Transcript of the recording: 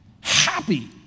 Happy